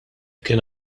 kien